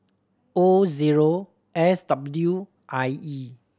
O zero S W I E